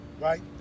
right